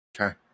Okay